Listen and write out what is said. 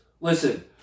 Listen